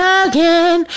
again